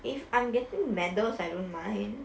if I'm getting medals I don't mind